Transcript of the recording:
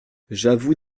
j’avoue